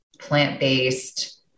plant-based